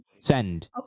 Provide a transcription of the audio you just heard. send